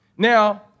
Now